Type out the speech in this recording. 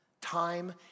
time